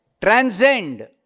transcend